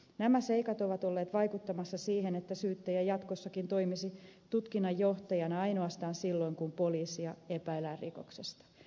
nämä seikat ovat olleet vaikuttamassa siihen että syyttäjä jatkossakin toimisi tutkinnanjohtajana ainoastaan silloin kun poliisia epäillään rikoksesta